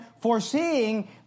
foreseeing